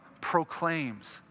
proclaims